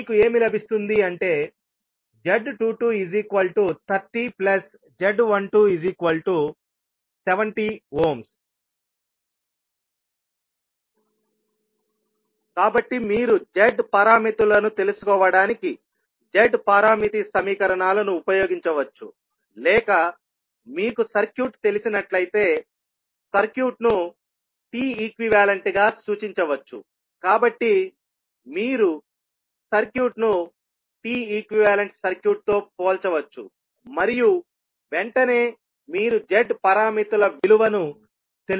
మీకు ఏమి లభిస్తుంది అంటే z2230z1270 కాబట్టి మీరు Z పారామితులను తెలుసుకోవడానికి Z పారామితి సమీకరణాలను ఉపయోగించవచ్చు లేక మీకు సర్క్యూట్ తెలిసినట్లయితే సర్క్యూట్ను T ఈక్వివాలెంట్ గా సూచించవచ్చుకాబట్టి మీరు సర్క్యూట్ను T ఈక్వివాలెంట్ సర్క్యూట్తో పోల్చవచ్చు మరియు వెంటనే మీరు Z పారామితుల విలువను తెలుసుకోవచ్చు